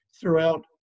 throughout